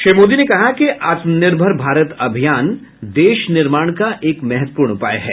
श्री मोदी ने कहा कि आत्मनिर्भर भारत अभियान देश निर्माण का एक महत्वपूर्ण उपाय है